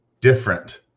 different